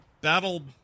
battle